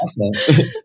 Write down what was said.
Awesome